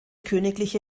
königliche